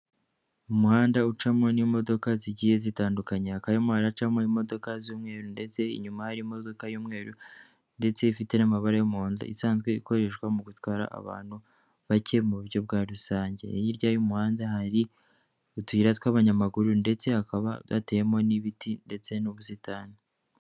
Umuhanda ucamo n'imodoka zigiye zitandukanye akaba harimo haracamo imodoka y'umweru ndetse inyuma hari imodoka y'umweru ndetse ifite n'amabara y'umuhondo isanzwe ikoreshwa mu gutwara abantu bake mu buryo bwa rusange, hirya y'umuhanda hari utuyira tw'abanyamaguru ndetse hakaba byatewemo n'ibiti ndetse n'ubusitani.